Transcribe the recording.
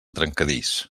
trencadís